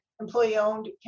employee-owned